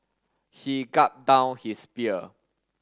he gulped down his beer